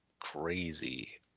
crazy